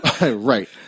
right